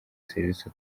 serivisi